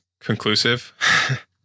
conclusive